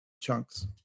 chunks